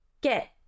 get